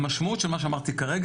המשמעות של מה שאמרתי כרגע,